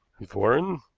and foreign,